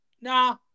Nah